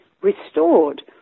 restored